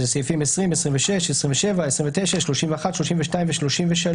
20, 26, 27, 29, 31, 32, ו-33